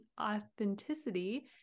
authenticity